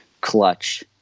clutch